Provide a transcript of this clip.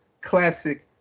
classic